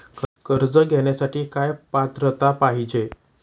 कर्ज घेण्यासाठी काय पात्रता पाहिजे?